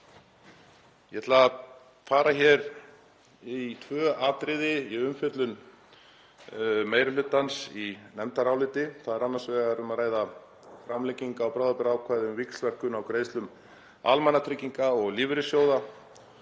Ég ætla að fara hér í tvö atriði í umfjöllun meiri hlutans í nefndaráliti. Þar er annars vegar um að ræða framlengingu á bráðabirgðaákvæði um víxlverkun á greiðslum almannatrygginga og lífeyrissjóða